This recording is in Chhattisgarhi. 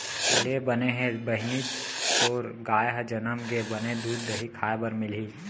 ले बने हे बहिनी तोर गाय ह जनम गे, बने दूद, दही खाय बर मिलही